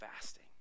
fasting